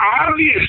obvious